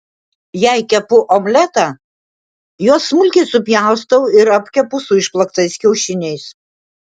jei kepu omletą juos smulkiai supjaustau ir apkepu su išplaktais kiaušiniais